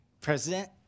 president